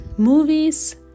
movies